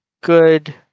good